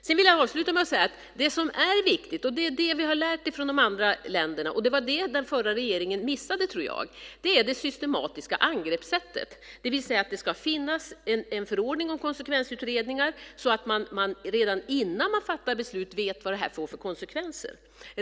Jag vill avsluta med att säga att det som är viktigt - det vi har lärt från de andra länderna, och det var det som den förra regeringen missade, tror jag - är det systematiska angreppssättet, det vill säga att det ska finnas en förordning om konsekvensutredningar så att man redan innan man fattar beslut vet vad det får för konsekvenser.